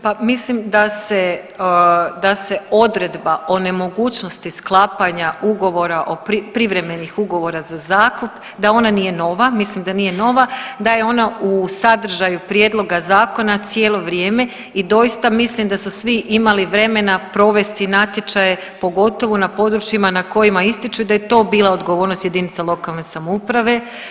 Pa mislim da se, da se odredba o nemogućnosti sklapanja ugovora o, privremenih ugovora za zakup, da ona nije nova, mislim da ona nije nova, da je ona u sadržaju prijedloga zakona cijelo vrijeme i doista mislim da su svi imali vremena provesti natječaje, pogotovo na područjima na kojima ističe da je to bila odgovornost jedinica lokalne samouprave.